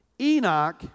Enoch